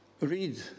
Read